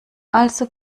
also